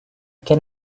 can